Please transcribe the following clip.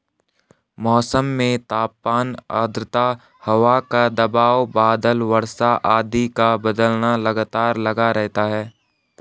मौसम में तापमान आद्रता हवा का दबाव बादल वर्षा आदि का बदलना लगातार लगा रहता है